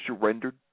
surrendered